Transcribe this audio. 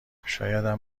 شایدم